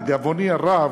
לדאבוני הרב,